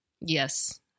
Yes